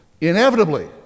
inevitably